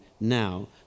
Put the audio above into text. now